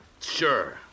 Sure